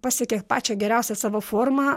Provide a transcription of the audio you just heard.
pasiekė pačią geriausią savo formą